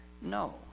No